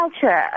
culture